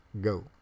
go